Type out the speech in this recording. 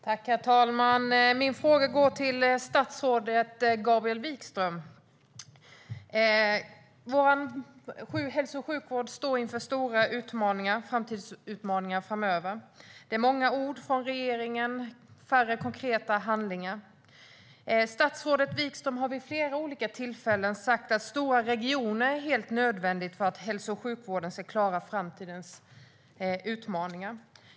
Herr talman! Min fråga går till statsrådet Gabriel Wikström. Vår hälso och sjukvård står inför stora utmaningar framöver. Det är många ord från regeringen, men färre konkreta handlingar. Statsrådet Wikström har vid flera olika tillfällen sagt att stora regioner är helt nödvändiga för att hälso och sjukvården ska klara framtidens utmaningar.